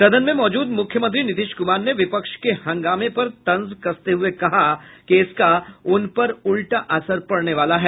सदन में मौजूद मुख्यमंत्री नीतीश कुमार ने विपक्ष के हंगामे पर तंज कसते हुये कहा कि इसका उन पर उलटा असर पड़ने वाला है